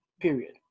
period